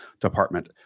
department